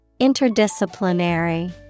Interdisciplinary